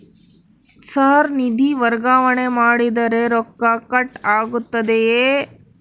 Sir ನಿಧಿ ವರ್ಗಾವಣೆ ಮಾಡಿದರೆ ರೊಕ್ಕ ಕಟ್ ಆಗುತ್ತದೆಯೆ?